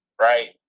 Right